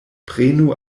prenu